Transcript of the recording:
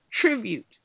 tribute